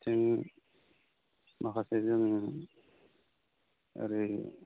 जों माखासे जों ओरै